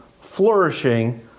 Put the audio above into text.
flourishing